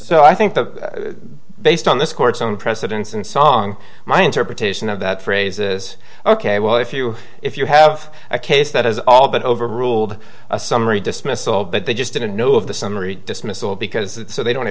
so i think that based on this court's own precedents and song my interpretation of that phrase is ok well if you if you have a case that has all but over ruled a summary dismissal but they just didn't know of the summary dismissal because it's so they don't